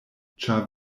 ĉar